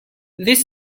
this